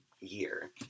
year